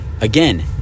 Again